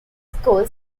school